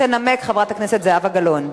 תנמק חברת הכנסת זהבה גלאון.